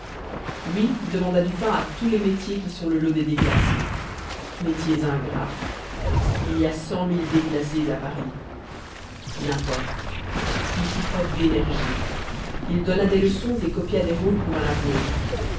lui demanda du pain à tous les métiers qui sont le lot des déclassés métiers ingrats il y a cent mille déclassés à paris n'importe il fit preuve d'énergie il donna des leçons et copia des rôles pour un avoué